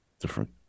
different